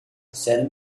said